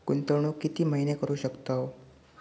गुंतवणूक किती महिने करू शकतव?